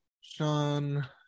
Sean